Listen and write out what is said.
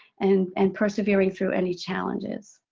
and and persevering through any challenges.